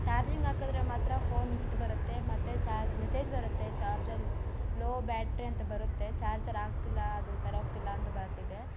charging ಹಾಕದ್ರೆ ಮಾತ್ರ phone heat ಬರುತ್ತೆ ಮತ್ತು ಚಾರ್ಜ್ ಮೆಸೇಜ್ ಬರುತ್ತೆ ಚಾರ್ಜಲ್ಲಿ ಲೋ ಬ್ಯಾಟ್ರಿ ಅಂತ ಬರುತ್ತೆ ಚಾರ್ಜರ್ ಆಗ್ತಿಲ್ಲ ಅದು ಸರ್ಯೋಗ್ತಿಲ್ಲ ಅಂತ ಬರ್ತಿದೆ